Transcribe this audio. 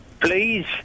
please